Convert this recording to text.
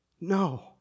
No